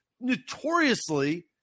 notoriously